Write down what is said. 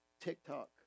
TikTok